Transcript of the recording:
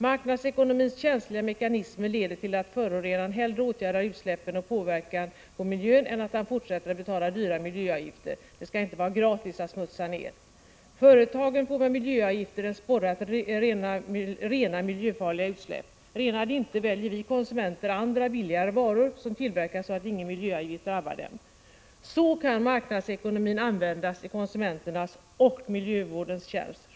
Marknadsekonomins känsliga mekanismer leder till att förorenaren hellre åtgärdar utsläppen och påverkan på miljön än att han fortsätter att betala dyra miljöavgifter. Det skall inte vara gratis att smutsa ner. Företagen får med miljöavgifter en sporre att rena miljöfarliga utsläpp. Renar de inte väljer vi konsumenter andra, billigare varor, som tillverkats så att ingen miljöavgift drabbat dem. Så kan marknadsekonomin användas i konsumenternas — och i miljövårdens tjänst.